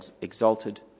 exalted